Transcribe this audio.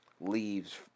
leaves